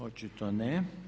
Očito ne.